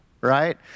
right